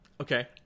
okay